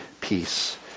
peace